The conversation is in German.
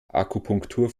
akupunktur